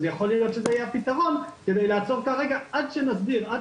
אז יכול להיות שזה יהיה הפתרון כדי לעצור כרגע עד שנסדיר ועד